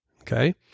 Okay